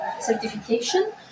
certification